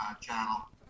channel